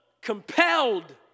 compelled